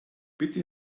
bitte